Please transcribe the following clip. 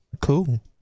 cool